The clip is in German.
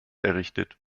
errichtet